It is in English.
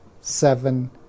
seven